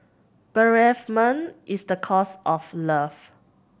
bereavement is the cost of love